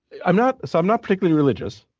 i'm not so i'm not particularly religious